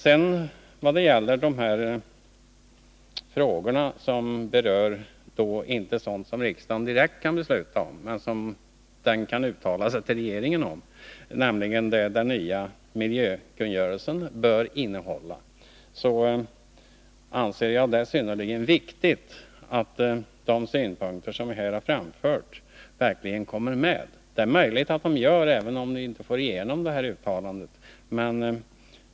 Beträffande den fråga som inte berör sådant som riksdagen direkt kan besluta om men väl kan uttala sig om till regeringen, nämligen vad den nya miljökungörelsen bör innehålla, så anser jag det synnerligen viktigt att de synpunkter som här har framförts verkligen kommer med. Det är möjligt att de gör det, även om vi inte får igenom det här uttalandet.